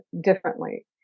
differently